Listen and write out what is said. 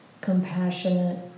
compassionate